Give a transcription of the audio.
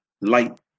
Light